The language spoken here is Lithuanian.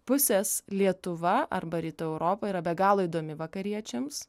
pusės lietuva arba rytų europa yra be galo įdomi vakariečiams